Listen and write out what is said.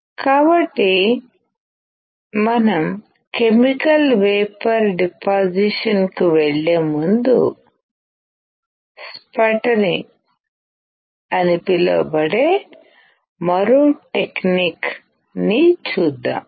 కాబట్టి మనం chemical vapour deposition కు వెళ్ళే ముందు స్పట్టరింగ్ అని పిలువబడే మరో టెక్నిక్ ని చూద్దాం